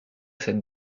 cette